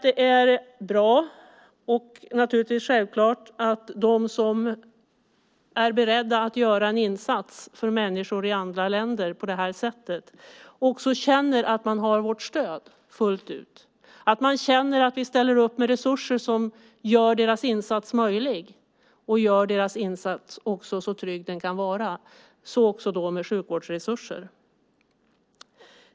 Det är bra och självklart att de som är beredda att på detta sätt göra en insats för människor i andra länder känner att de har vårt stöd fullt ut och att de känner att vi ställer upp med resurser som gör deras insats möjlig och så trygg som det bara går. Det gäller också sjukvårdsresurser.